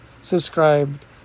subscribed